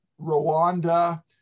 rwanda